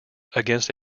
against